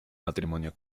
matrimonio